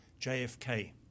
JFK